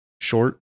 short